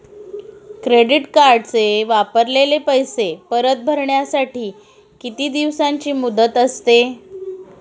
Credit कार्डचे वापरलेले पैसे परत भरण्यासाठी किती दिवसांची मुदत असते?